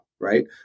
right